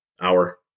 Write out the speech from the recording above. hour